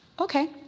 Okay